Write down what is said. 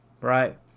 right